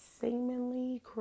seemingly